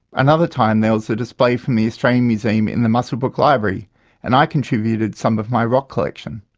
another time there was a display from the australian museum in the muswellbrook library and i contributed some of my rock collection.